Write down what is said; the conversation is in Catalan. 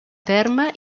terme